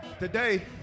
Today